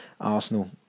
Arsenal